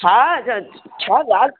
हा ज छा ॻाल्हि